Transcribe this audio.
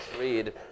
read